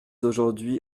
aujourd’hui